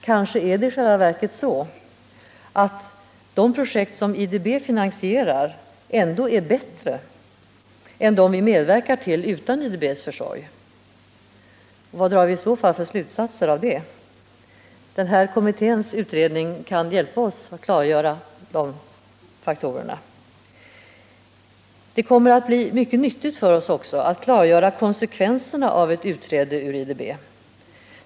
Kanske är det i själva verket så att de projekt som IDB finansierar ändå är bättre än de som vi medverkar till utan IDB:s försorg? Vad drar vi i så fall för slutsatser av det? Den här kommitténs utredning kan hjälpa oss att klargöra de faktorerna. Det kommer också att bli mycket nyttigt för oss att klargöra konsekvenserna av ett utträde ur IDB.